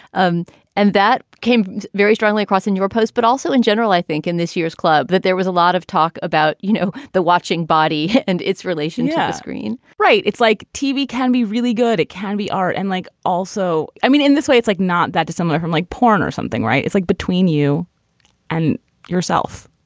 um and that came very strongly across in your post, but also in general, i think in this year's club that there was a lot of talk about, you know, the watching body and its relation to yeah screen right. it's like tv can be really good. it can be art. and like also, i mean, in this way, it's like not that dissimilar from like porn or something. right? it's like between you and yourself.